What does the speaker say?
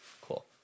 cool